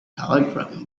telegram